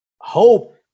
hope